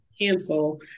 cancel